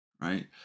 right